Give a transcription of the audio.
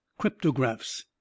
cryptographs